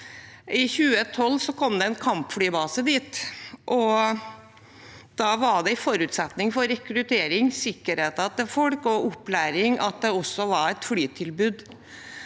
I 2012 kom det en kampflybase dit, og da var det en forutsetning for rekruttering, sikkerheten til folk og opplæring at det også var et flytilbud.